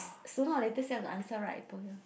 sooner or later still have to understand right I told you